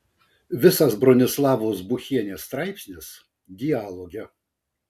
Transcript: visas bronislavos buchienės straipsnis dialoge